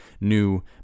new